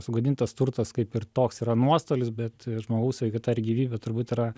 sugadintas turtas kaip ir toks yra nuostolis bet žmogaus sveikata ir gyvybė turbūt yra